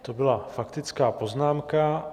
To byla faktická poznámka.